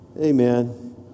Amen